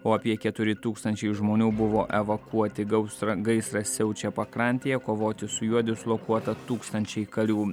o apie keturi tūkstančiai žmonių buvo evakuoti gausra gaisras siaučia pakrantėje kovoti su juo dislokuota tūkstančiai karių